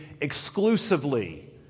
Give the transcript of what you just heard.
exclusively